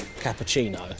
cappuccino